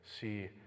see